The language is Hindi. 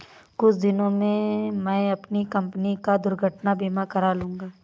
कुछ दिनों में मैं अपनी कंपनी का दुर्घटना बीमा करा लूंगा